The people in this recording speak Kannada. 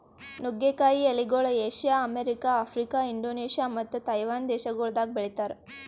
ನುಗ್ಗೆ ಕಾಯಿ ಎಲಿಗೊಳ್ ಏಷ್ಯಾ, ಅಮೆರಿಕ, ಆಫ್ರಿಕಾ, ಇಂಡೋನೇಷ್ಯಾ ಮತ್ತ ತೈವಾನ್ ದೇಶಗೊಳ್ದಾಗ್ ಬೆಳಿತಾರ್